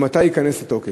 ומתי הוא ייכנס לתוקף?